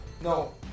No